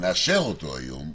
ונאשר אותו היום,